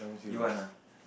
you want ah